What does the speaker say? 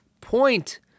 point